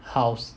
house